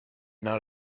not